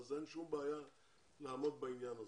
אז אין שום בעיה לעמוד בעניין הזה.